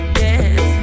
yes